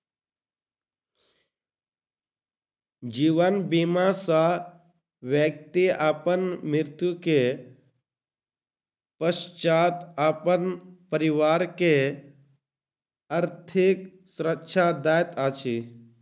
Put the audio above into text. जीवन बीमा सॅ व्यक्ति अपन मृत्यु के पश्चात अपन परिवार के आर्थिक सुरक्षा दैत अछि